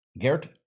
Gert